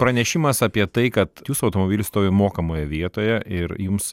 pranešimas apie tai kad jūsų automobilis stovi mokamoje vietoje ir jums